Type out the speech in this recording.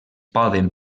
poden